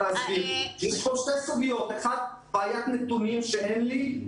יש פה שתי סוגיות: אחת בעיית נתונים שאין לי,